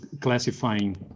classifying